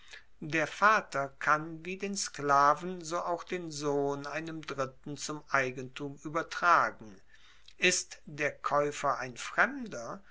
der vater kann wie den sklaven so auch den sohn einem dritten zum eigentum uebertragen ist der kaeufer ein fremder